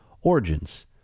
origins